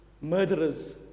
murderers